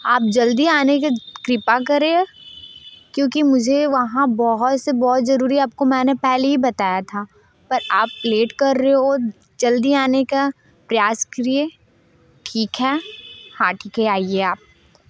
आप जल्दी आने की कृपा करिए क्योंकि मुझे वहाँ बहुत से बहुत ज़रूरी आपको मैंने पहले ही बताया था पर आप लेट कर रहे हो जल्दी आने का प्रयास करिए ठीक है हाँ ठीक है आईए आप